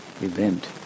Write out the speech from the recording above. event